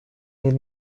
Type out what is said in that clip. les